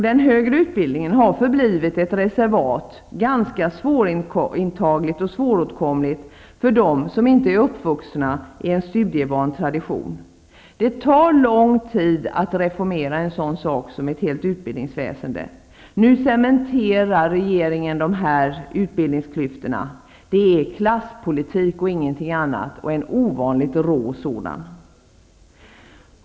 Den högre utbildningen har förblivit ett reservat, ganska svåråtkomligt för dem som inte är uppvuxna i en studievan tradition. Det tar lång tid att reformera ett helt utbildningsväsende. Nu cementerar regeringen utbildningsklyftorna. Det är klasspolitik och ingenting annat, och en ovanligt rå sådan.